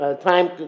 time